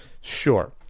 Sure